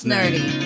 Nerdy